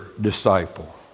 disciple